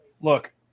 Look